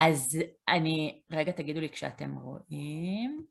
אז אני, רגע תגידו לי כשאתם רואים.